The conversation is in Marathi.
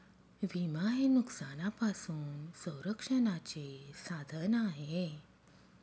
विमा हे नुकसानापासून संरक्षणाचे साधन आहे